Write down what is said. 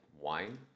wine